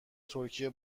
ترکیه